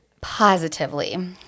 Positively